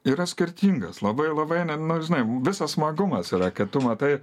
yra skirtingas labai labai ne nu žinai visas smagumas yra kad tu matai